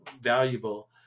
valuable